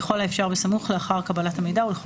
ככל האפשר בסמוך לאחר קבלת המידע ולכל